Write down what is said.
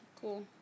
Cool